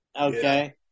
Okay